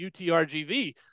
UTRGV